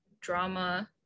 drama